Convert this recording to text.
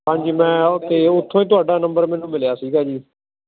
ਹਾਂਜੀ ਮੈਂ ਅ ਅਤੇ ਉੱਥੋਂ ਹੀ ਤੁਹਾਡਾ ਨੰਬਰ ਮੈਨੂੰ ਮਿਲਿਆ ਸੀਗਾ ਜੀ